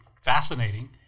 fascinating